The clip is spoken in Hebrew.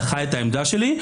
דחה את העמדה שלי,